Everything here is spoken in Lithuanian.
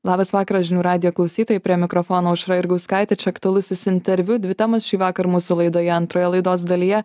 labas vakaras žinių radijo klausytojai prie mikrofono aušra jurgauskaitė aktualusis interviu dvi temos šįvakar mūsų laidoje antroje laidos dalyje